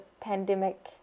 pandemic